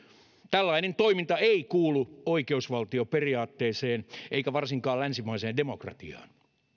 tällainen toiminta ei kuulu oikeusvaltioperiaatteeseen eikä varsinkaan länsimaiseen demokratiaan